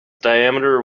diameter